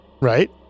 Right